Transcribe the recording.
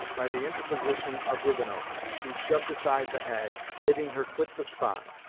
by the interposition of rivenoak, who shoved aside the hag, bidding her quit the spot,